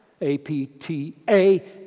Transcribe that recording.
A-P-T-A